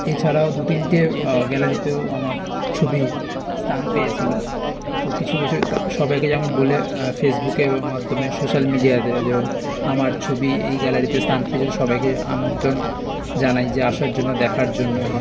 এছাড়াও দু তিনটে গ্যালারিতেও আমার ছবি স্থান পেয়েছিল তো কিছু কিছু তা সবাইকে যেমন বলে ফেসবুকে বা মাধ্যমে সোশ্যাল মিডিয়াতে যো আমার ছবি এই গ্যালারিতে স্থান পেয়েছে সবাইকে আমন্ত্রণ জানাই যে আসার জন্য দেখার জন্য এবং